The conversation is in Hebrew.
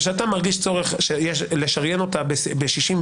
ושאתה מרגיש צורך לשריין אותה ב-61,